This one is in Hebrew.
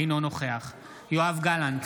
אינו נוכח יואב גלנט,